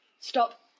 stop